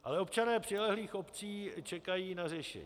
Ale občané přilehlých obcí čekají na řešení.